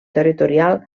territorial